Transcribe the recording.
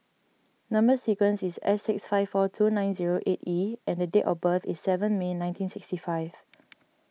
Number Sequence is S six five four two nine zero eight E and date of birth is seven May nineteen sixty five